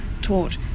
taught